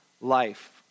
life